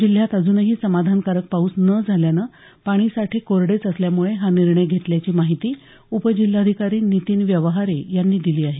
जिल्ह्यात अजूनही समाधानकारक पाऊस न झाल्यानं पाणीसाठे कोरडेच असल्यामुळे हा निर्णय घेतल्याची माहिती उपजिल्हाधिकारी नितीन व्यवहारे यांनी दिली आहे